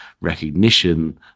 recognition